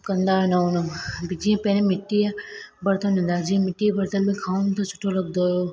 सभु कंदा आहिनि ऐं हुन विझी पहिरें मिटीअ बरतन हूंदा जीअं मिटीअ जे बरतन में खाऊं त सुठो लॻंदो हुओ